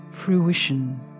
Fruition